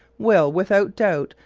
will, without doubt,